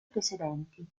precedenti